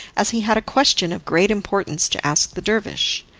as he had a question of great importance to ask the dervish.